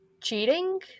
cheating